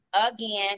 again